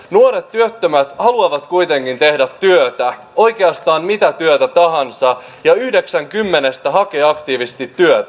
nuoret työttömät haluavat kuitenkin tehdä työtä oikeastaan mitä työtä tahansa ja yhdeksän kymmenestä hakee aktiivisesti työtä